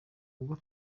ubwo